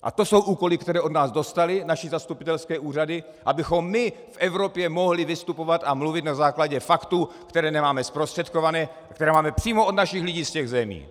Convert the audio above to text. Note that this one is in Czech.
A to jsou úkoly, které od nás dostaly naše zastupitelské úřady, abychom my v Evropě mohli vystupovat a mluvit na základě faktů, které nemáme zprostředkované, které máme přímo od naši lidí z těch zemí.